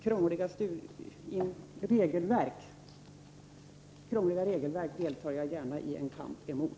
Krångliga regelverk tar jag dock gärna en kamp emot.